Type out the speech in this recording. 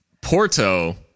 Porto